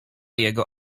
jego